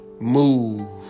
Move